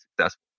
successful